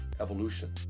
evolution